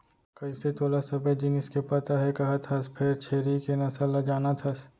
कइसे तोला सबे जिनिस के पता हे कहत हस फेर छेरी के नसल ल जानत हस?